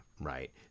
right